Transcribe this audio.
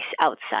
outside